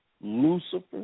Lucifer